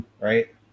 right